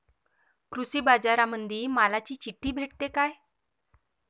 कृषीबाजारामंदी मालाची चिट्ठी भेटते काय?